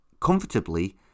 comfortably